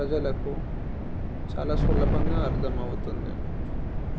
ప్రజలకు చాలా సులభంగా అర్థమవుతుంది